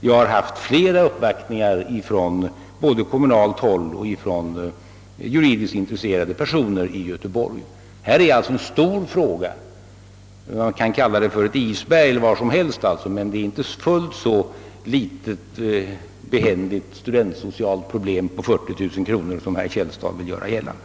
Jag har mottagit flera uppvaktningar härom både från kommunalt håll och av juridiskt intresserade personer i Göteborg. Detta är alltså en stor fråga. Man kan kalla den ett isberg eller vad som helst; det är inte ett fullt så litet och behändigt studiesocialt problem om 40 000 kronor som herr Källstad vill göra gällande.